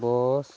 bus